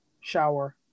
shower